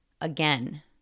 Again